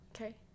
Okay